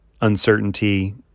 uncertainty